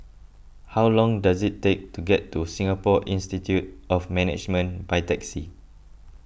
how long does it take to get to Singapore Institute of Management by taxi